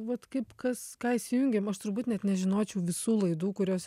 vat kaip kas ką įsijungėm aš turbūt net nežinočiau visų laidų kurios